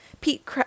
Pete